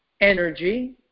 energy